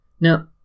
Now